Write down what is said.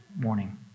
morning